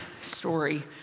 story